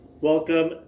Welcome